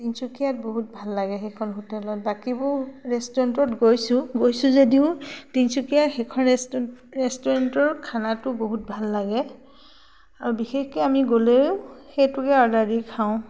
তিনচুকীয়াত বহুত ভাল লাগে সেইখন হোটেলত বাকীবোৰ ৰেষ্টুৰেণ্টত গৈছোঁ গৈছোঁ যদিও তিনচুকীয়া সেইখন ৰেষ্টু ৰেষ্টুৰেণ্টৰ খানাটো বহুত ভাল লাগে আৰু বিশেষকে আমি গ'লেও সেইটোকে অৰ্ডাৰ দি খাওঁ